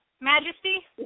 Majesty